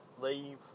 leave